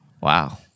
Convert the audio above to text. wow